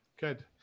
good